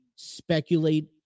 speculate